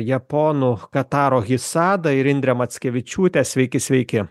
japonu kataro hisada ir indrė mackevičiūtė sveiki sveiki